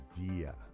idea